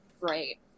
Right